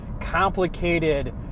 complicated